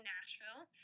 Nashville